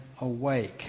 awake